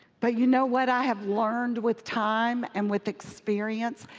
but you know what i have learned with time and with experience?